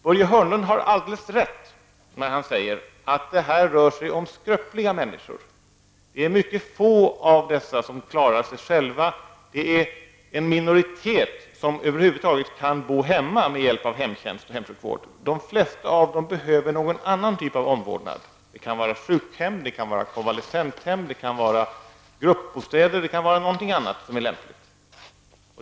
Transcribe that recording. Börje Hörnlund har alldeles rätt när han säger att det rör sig om skröpliga människor. Det är mycket få av dessa som klarar sig själva. Det är en minoritet som över huvud taget kan bo hemma med hjälp av hemtjänst och hemsjukvård. De flesta av dem behöver någon annan typ av omvårdnad -- det kan vara sjukhem, konvalescenthem, gruppbostäder eller någonting annat som är lämpligt.